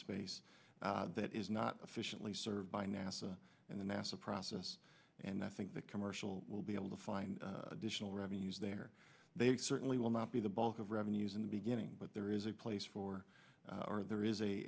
space that is not sufficiently served by nasa in the nasa process and i think the commercial will be able to find additional revenues there they certainly will not be the bulk of revenues in the beginning but there is a place for or there is a